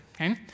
okay